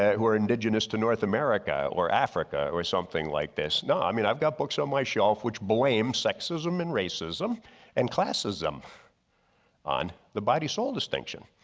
who are indigenous to north america or africa or something like this. no, i mean i've got books on my shelf which blame sexism and racism and classism on the body-soul distinction.